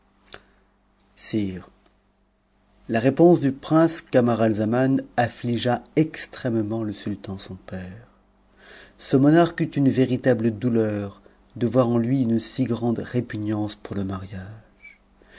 la réponse du prince camaralzamau affligea extrêmement le sul tan son père ce monarque eut une véritable douleur de voir en lui une si grande répugnance pour le mariage